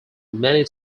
many